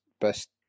best